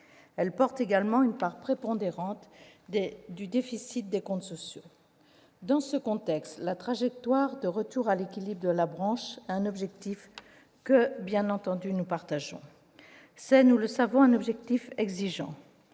Elle porte également une part prépondérante du déficit des comptes sociaux. Dans ce contexte, la trajectoire de retour à l'équilibre de la branche est un objectif que, bien entendu, nous partageons, bien qu'il s'agisse, nous le savons, d'un objectif exigeant.